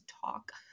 talk